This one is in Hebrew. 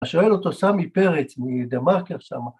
‫השואל אותו סמי פרץ, ‫מדה-מארקר שמה.